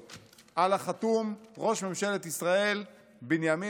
על החתום: ראש ממשלת ישראל בנימין נתניהו,